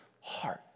heart